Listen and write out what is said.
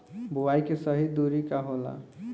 बुआई के सही दूरी का होला?